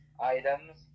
items